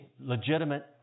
legitimate